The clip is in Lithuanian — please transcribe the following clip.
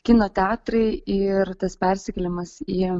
kino teatrai ir tas persikėlimas į